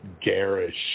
garish